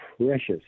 precious